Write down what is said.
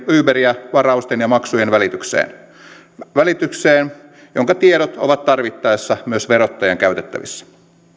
uberia varausten ja maksujen välitykseen välitykseen jonka tiedot ovat tarvittaessa myös verottajan käytettävissä